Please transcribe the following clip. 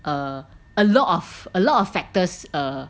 err a lot of a lot of factors err